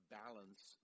balance